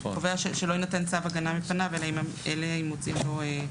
קובע שלא יינתן צו הגנה מפניו אלא אם מוצאים לו.